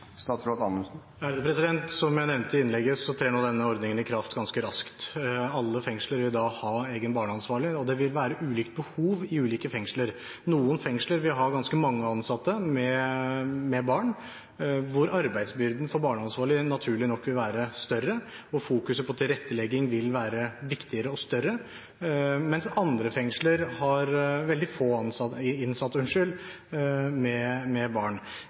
Som jeg nevnte i innlegget, trer nå denne ordningen i kraft ganske raskt. Alle fengsler vil da ha en egen barneansvarlig. Det vil også være ulikt behov i ulike fengsler. Noen fengsler har ganske mange innsatte med barn – hvor arbeidsbyrden for barneansvarlig naturlig nok vil være større og fokuset på tilrettelegging vil være viktigere og større – mens andre fengsler har veldig få